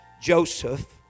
Joseph